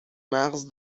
مغز